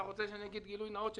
אגיד גילוי נאות,